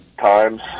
times